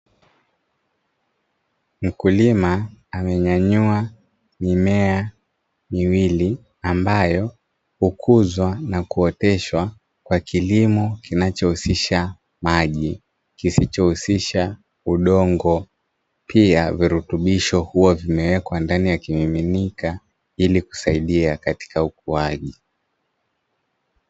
Mkulima amenyanyua mimea miwili ambayo hukuzwa na kuoteshwa kwa kilimo kinachohusisha maji kisichohusisha udongo, pia virutubisho huwa vimewekwa ndani ya kimiminika ili kusaidia katika ukuaji.